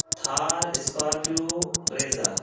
Thar scorpio Brezza